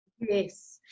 Yes